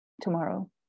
tomorrow